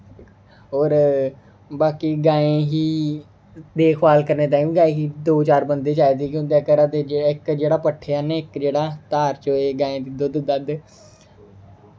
होर बाकी गाएं ही देख भाल करने ताहीं दो चार बंदे चाहिदे ताकि उं'दे घरा दे इक जेह्ड़ा पट्ठे आह्ने इक जेह्ड़ा धार चोऐ गाएं दुद्ध दाद्ध